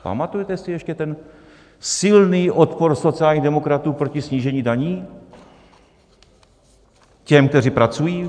Pamatujete si ještě ten silný odpor sociálních demokratů proti snížení daní těm, kteří pracují?